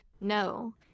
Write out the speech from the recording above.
No